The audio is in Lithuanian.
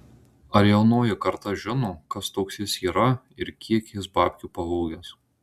ar jaunoji karta žino kas toks jis yra ir kiek jis babkių pavogęs